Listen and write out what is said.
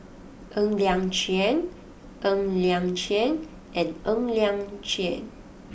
Ng Liang Chiang Ng Liang Chiang and Ng Liang Chiang